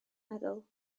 meddwl